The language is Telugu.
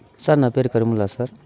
సార్ నా పేరు కరుముల్లా సార్